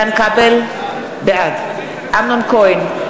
בעד אמנון כהן,